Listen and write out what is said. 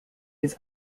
his